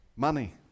Money